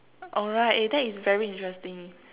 alright eh that is very interesting